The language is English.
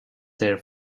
their